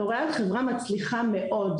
לוריאל היא חברה מצליחה מאוד,